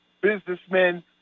Businessmen